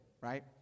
right